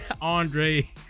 Andre